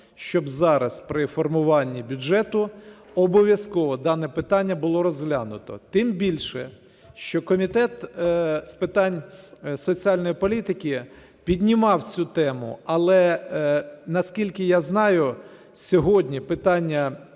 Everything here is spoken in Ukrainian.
щоб зараз при формуванні бюджету обов'язково дане питання було розглянуто. Тим більше, що Комітет з питань соціальної політики піднімав цю тему, але, наскільки я знаю, сьогодні питання